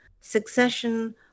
succession